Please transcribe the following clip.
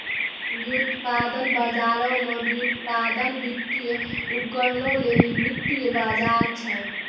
व्युत्पादन बजारो मे व्युत्पादन, वित्तीय उपकरणो लेली वित्तीय बजार छै